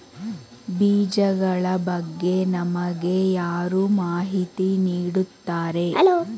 ಬೀಜಗಳ ಬಗ್ಗೆ ನಮಗೆ ಯಾರು ಮಾಹಿತಿ ನೀಡುತ್ತಾರೆ?